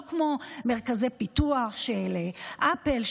לא כמו מרכזי פיתוח של אפל,